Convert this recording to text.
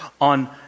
on